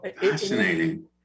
Fascinating